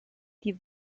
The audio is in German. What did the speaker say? die